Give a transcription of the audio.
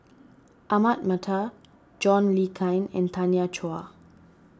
Ahmad Mattar John Le Cain and Tanya Chua